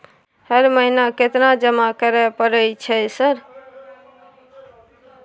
हर महीना केतना जमा करे परय छै सर?